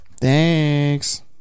Thanks